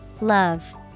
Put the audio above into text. Love